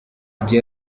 gihe